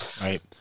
right